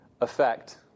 effect